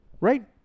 Right